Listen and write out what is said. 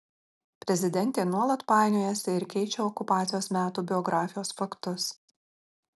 prezidentė nuolat painiojasi ir keičia okupacijos metų biografijos faktus